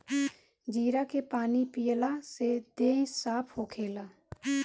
जीरा के पानी पियला से देहि साफ़ होखेला